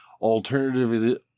alternatively